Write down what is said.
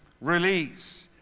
release